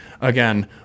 Again